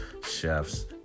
chefs